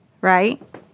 Right